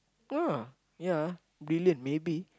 ah ya billion maybe